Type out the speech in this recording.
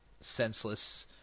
senseless